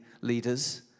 leaders